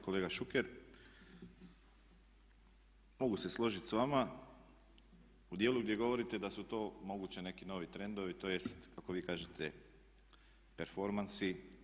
Kolega Šuker, mogu se složiti s vama u dijelu gdje govorite da su to moguće neki novi trendovi tj. kako vi kažete performansi.